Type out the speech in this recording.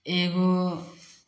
एगो